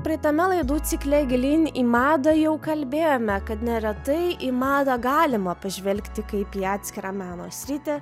praeitame laidų cikle gilyn į madą jau kalbėjome kad neretai į madą galima pažvelgti kaip į atskirą meno sritį